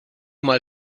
mal